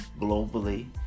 globally